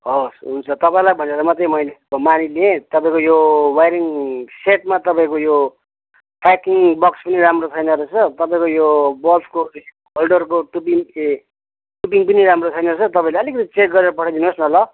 हवस् हुन्छ तपाईँलाई भनेर मात्रै मैले मानिलिएँ तपाईँको यो वायरिङ सेटमा तपाईँको यो प्याकिङ बक्स पनि राम्रो छैन रहेछ तपाईँको यो बक्सको होल्डरको टुपिन ए टुपिन पनि राम्रो छैन रहेछ तपाईँले अलिकति चेक गरेर पठाइदिनुहोस् न ल